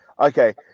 okay